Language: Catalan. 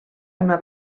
una